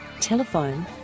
Telephone